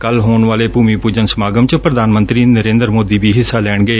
ਕੱਲ ਹੋਣ ਵਾਲੇ ਭੁਮੀ ਪੁਜਨ ਸਮਾਗਮ ਚ ਪ੍ਰਧਾਨ ਮੰਤਰੀ ਨਰੇਦਰ ਮੋਦੀ ਵੀ ਹਿੱਸਾ ਲੈਣਗੇ